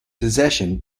possession